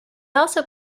also